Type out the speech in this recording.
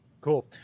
Cool